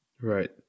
Right